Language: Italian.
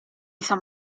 san